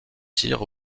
tirs